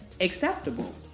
acceptable